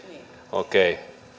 okei